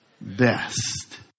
best